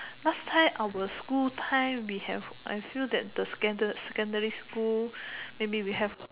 last time our school time we have I feel that the second secondary school maybe we have